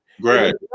Great